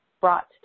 brought